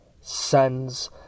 sends